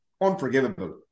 unforgivable